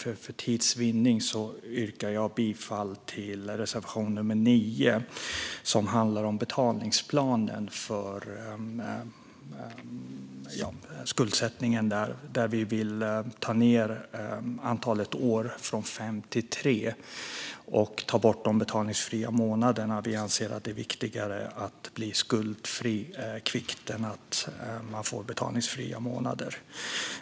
Men för tids vinnande yrkar jag bifall endast till reservation 9, som handlar om betalningsplanen vid skuldsanering, där vi vill minska antalet år från fem till tre och ta bort de betalningsfria månaderna. Vi anser att det är viktigare att bli skuldfri kvickt än att man får betalningsfria månader.